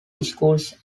schools